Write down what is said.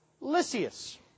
Lysias